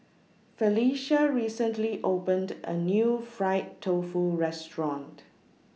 Felisha recently opened A New Fried Tofu Restaurant